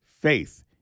faith